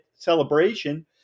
celebration